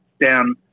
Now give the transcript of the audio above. down